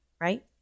Right